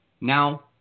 Now